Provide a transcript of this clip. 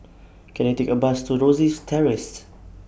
Can I Take A Bus to Rosyth Terrace